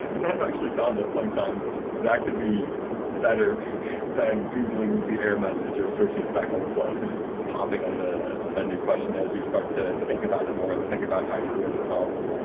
i've actually found that sometimes that can be better than googling the air message or searching stack overflow is popping up a ah new question as you start to think about it more and think about how you'd word the problem.